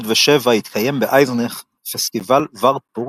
ב-1807 התקיים באייזנך פסטיבל וארטבורג,